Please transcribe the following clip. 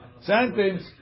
sentence